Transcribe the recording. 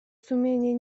sumienie